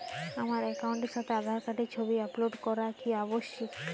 আমার অ্যাকাউন্টের সাথে আধার কার্ডের ছবি আপলোড করা কি আবশ্যিক?